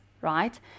right